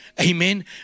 Amen